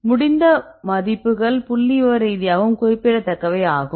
முடிந்த மதிப்புகள் புள்ளிவிவர ரீதியாகவும் குறிப்பிடத்தக்கவை ஆகும்